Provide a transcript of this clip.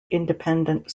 independent